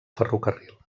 ferrocarril